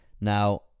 Now